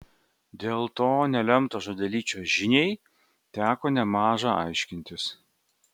dėl to nelemto žodelyčio žiniai teko nemaža aiškintis